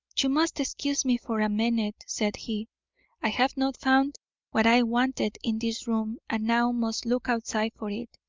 you must excuse me for a minute, said he i have not found what i wanted in this room and now must look outside for it.